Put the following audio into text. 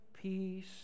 peace